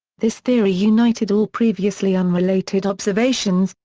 this theory united all previously unrelated observations,